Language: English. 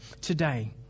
Today